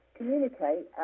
communicate